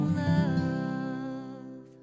love